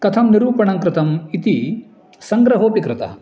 कथं निरूपणं कृतम् इति सङ्ग्रहोऽपि कृतः